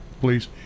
please